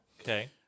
Okay